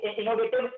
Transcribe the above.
innovative